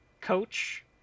Coach